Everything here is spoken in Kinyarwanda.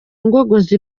ngogozi